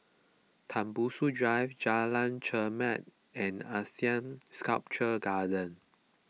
Tembusu Drive Jalan Chermat and Asean Sculpture Garden